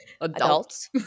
adults